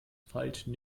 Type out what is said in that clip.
feilschen